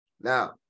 Now